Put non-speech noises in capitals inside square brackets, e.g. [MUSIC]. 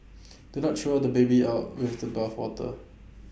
[NOISE] do not throw the baby out [NOISE] with the bathwater